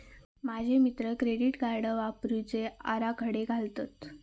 माझे मित्र credit card वापरुचे आराखडे घालतत